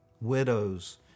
Widows